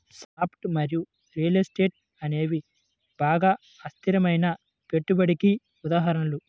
stocks మరియు real estate అనేవి బాగా అస్థిరమైన పెట్టుబడికి ఉదాహరణలు